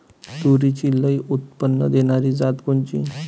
तूरीची लई उत्पन्न देणारी जात कोनची?